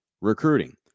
Recruiting